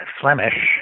Flemish